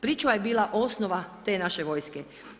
Pričuva je bila osnova te naše vojske.